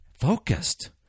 focused